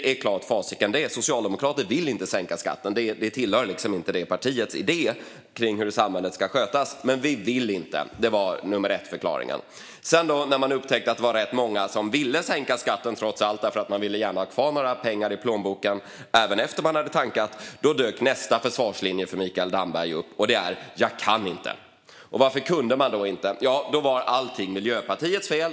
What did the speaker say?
Socialdemokraterna vill inte sänka skatten, för det tillhör inte partiets idé om hur samhället ska skötas. Sedan, när man upptäckte att rätt många ville sänka skatten för att de ville ha lite pengar kvar i plånboken efter att de tankat, dök Mikael Dambergs nästa försvarslinje upp: Jag kan inte. Varför kunde han inte? Jo, allt var Miljöpartiets fel.